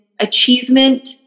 achievement